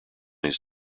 his